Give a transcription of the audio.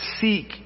seek